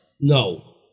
No